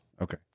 okay